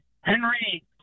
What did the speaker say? Henry